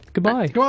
Goodbye